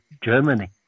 Germany